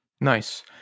Nice